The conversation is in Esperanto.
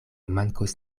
mankos